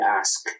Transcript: ask